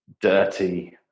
dirty